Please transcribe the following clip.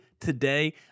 today